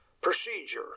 procedure